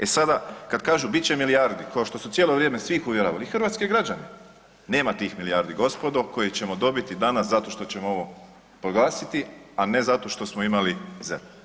E sada, kad kažu, bit će milijardi kao što su cijelo vrijeme svih uvjeravali, i hrvatske građane, nema tih milijardi, gospodo, koje ćemo dobiti danas zato što ćemo ovo proglasiti, a ne zato što smo imali ZERP.